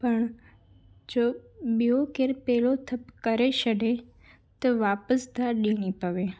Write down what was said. पर जो ॿियो केर पहिरों थप करे छॾे त वापसि दाव ॾियणी पवे